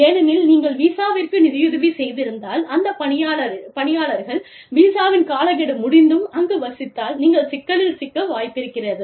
ஏனெனில் நீங்கள் விசாவிற்கு நிதியுதவி செய்திருந்தால் அந்த பணியாளர்கள் விசாவின் காலக் கெடு முடிந்தும் அங்கு வசித்தால் நீங்கள் சிக்கலில் சிக்க வாய்ப்பிருக்கிறது